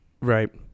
Right